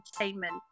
entertainment